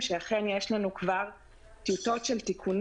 וליישם אותן טכנולוגית.